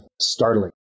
startling